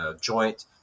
joint